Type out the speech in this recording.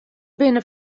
binne